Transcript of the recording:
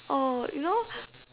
oh you know